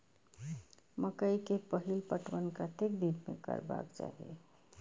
मकेय के पहिल पटवन कतेक दिन में करबाक चाही?